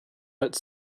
but